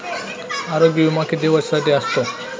आरोग्य विमा किती वर्षांसाठी असतो?